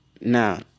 Now